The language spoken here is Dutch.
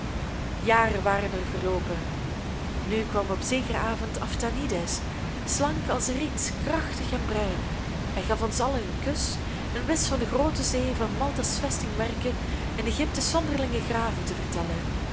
jaren waren er verloopen nu kwam op zekeren avond aphtanides slank als een riet krachtig en bruin hij gaf ons allen een kus en wist van de groote zee van malta's vestingwerken en egypte's zonderlinge graven te vertellen